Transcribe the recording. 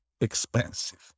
expensive